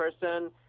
person